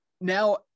now